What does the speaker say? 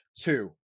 two